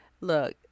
look